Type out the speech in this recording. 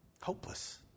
Hopeless